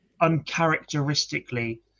Uncharacteristically